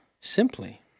simply